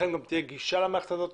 לכם גם תהיה גישה למערכת הזאת